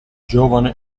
giovane